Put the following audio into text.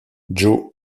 joe